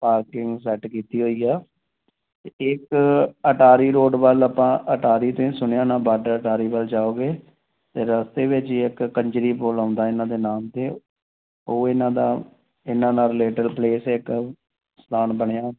parking set ਕੀਤੀ ਹੋਈ ਆ ਇਕ ਅਟਾਰੀ ਰੋਡ ਵੱਲ ਆਪਾਂ ਅਟਾਰੀ ਤਾਂ ਸੁਣਿਆ ਨਾ ਬਾਰਡਰ ਅਟਾਰੀ ਵੱਲ ਜਾਓਗੇ ਰਸਤੇ ਵਿੱਚ ਇੱਕ ਕੰਜਰੀ ਪੁਲ ਆਉਂਦਾ ਇਹਨਾਂ ਦੇ ਨਾਮ 'ਤੇ ਉਹ ਇਹਨਾਂ ਦਾ ਇਹਨਾਂ ਨਾਲ ਰਿਲੇਟਿਡ ਪਲੇਸ ਇੱਕ ਸਥਾਨ ਬਣਿਆ